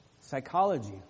Psychology